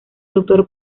doctor